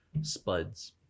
spuds